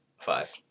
Five